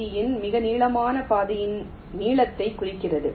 ஜியில் மிக நீளமான பாதையின் நீளத்தைக் குறைக்கிறது